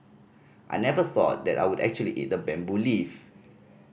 I never thought that I would actually eat a bamboo leaf